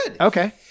Okay